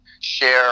share